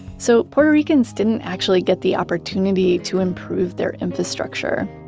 so puerto ricans didn't actually get the opportunity to improve their infrastructure.